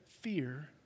fear